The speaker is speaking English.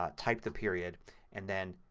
ah type the period and then